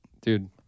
dude